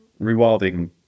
rewilding